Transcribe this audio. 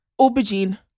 aubergine